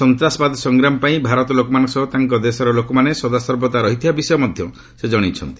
ସନ୍ତାସବାଦ ସଂଗ୍ରାମ ପାଇଁ ଭାରତ ଲୋକମାନଙ୍କ ସହ ତାଙ୍କ ଦେଶର ଲୋକମାନେ ସଦାସର୍ବଦା ରହିଥିବା ବିଷୟ ମଧ୍ୟ ସେ ଜଣାଇଛନ୍ତି